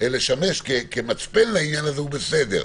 לשמש כמצפן לעניין הזה, הוא בסדר.